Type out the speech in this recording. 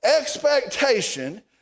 expectation